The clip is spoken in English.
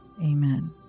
Amen